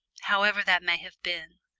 however that may have been,